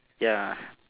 ya